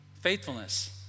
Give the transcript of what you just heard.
Faithfulness